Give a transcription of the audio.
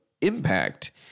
impact